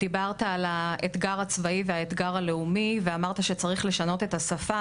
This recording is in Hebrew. דיברת על האתגר הצבאי והאתגר הלאומי ואמרת שצריך לשנות את השפה.